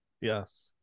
yes